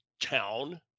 town